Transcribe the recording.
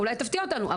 אולי תפתיע אותנו.